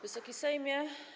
Wysoki Sejmie!